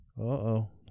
Uh-oh